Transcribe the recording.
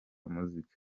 muzika